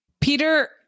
Peter